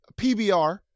PBR